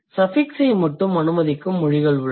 suffix ஐ மட்டுமே அனுமதிக்கும் மொழிகள் உள்ளன